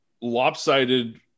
lopsided